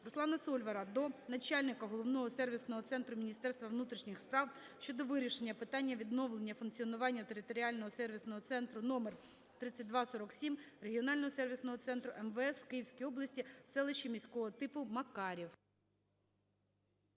Руслана Сольвара до начальника Головного сервісного центру Міністерства внутрішніх справ щодо вирішення питання відновлення функціонування територіального сервісного центру №3247 Регіонального сервісного центру МВС в Київській області в селищі міського типу Макарів.